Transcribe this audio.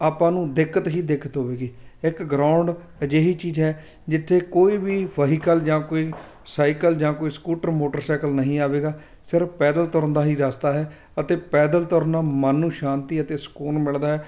ਆਪਾਂ ਨੂੰ ਦਿੱਕਤ ਹੀ ਦਿੱਕਤ ਹੋਵੇਗੀ ਇੱਕ ਗਰਾਊਂਡ ਅਜਿਹੀ ਚੀਜ਼ ਹੈ ਜਿੱਥੇ ਕੋਈ ਵੀ ਫਹੀਕਲ ਜਾਂ ਕੋਈ ਸਾਈਕਲ ਜਾਂ ਕੋਈ ਸਕੂਟਰ ਮੋਟਰਸਾਈਕਲ ਨਹੀਂ ਆਵੇਗਾ ਸਿਰਫ ਪੈਦਲ ਤੁਰਨ ਦਾ ਹੀ ਰਸਤਾ ਹੈ ਅਤੇ ਪੈਦਲ ਤੁਰ ਨਾਲ ਮਨ ਨੂੰ ਸ਼ਾਂਤੀ ਅਤੇ ਸਕੂਨ ਮਿਲਦਾ ਹੈ